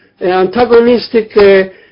antagonistic